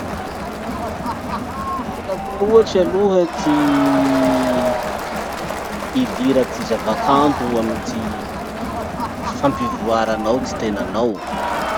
Tsy de hitako loatry aloha ty ilira ty zavakanto amy ty fampivoaranao ty tenanao.